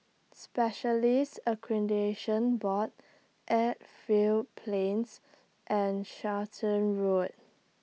Specialists Accreditation Board Edgefield Plains and Charlton Road